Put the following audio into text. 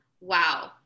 Wow